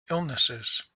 illnesses